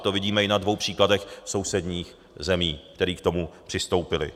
To vidíme i na dvou příkladech sousedních zemí, které k tomu přistoupily.